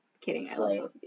Kidding